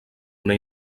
una